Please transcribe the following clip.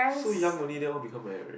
so young only then all become like that already